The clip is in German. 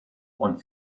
und